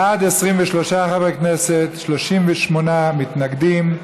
בעד, 23 חברי כנסת, 38 מתנגדים.